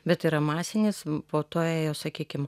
bet yra masinis po to ėjo sakykim